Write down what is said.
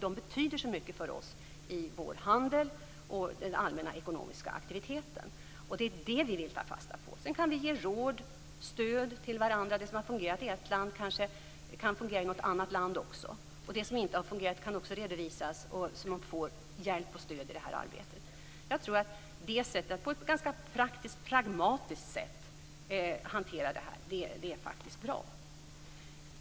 De betyder så mycket för oss i vår handel och i den allmänna ekonomiska aktiviteten. Det är det vi vill ta fasta på. Sedan kan vi ge råd och stöd till varandra. Det som har fungerat i ett land kanske kan fungera i ett annat land också. Det som inte har fungerat kan också redovisas, så att man får hjälp och stöd i det här arbetet. Jag tror att det faktiskt är bra att hantera detta på ett praktiskt, pragmatiskt sätt.